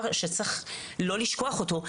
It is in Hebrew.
דבר שלא צריך לשכוח אותו.